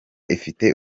ifite